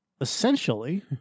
essentially